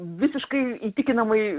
visiškai įtikinamai